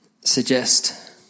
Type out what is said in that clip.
suggest